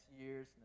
years